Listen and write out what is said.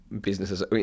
businesses